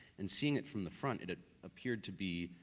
and seeing it from the front, and it appeared to be,